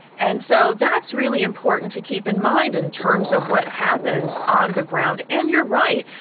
and so that's really important to keep in mind in terms of what happens on the ground. and you're right.